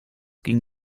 ging